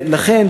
אז לכן,